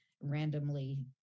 randomly